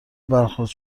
برخورد